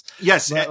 Yes